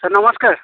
sir ନମସ୍କାର୍